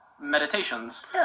meditations